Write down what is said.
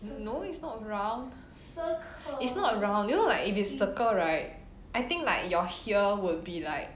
no it's not round it's not round you know like if is circle right I think like your here will be like